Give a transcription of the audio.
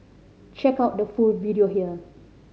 check out the full video here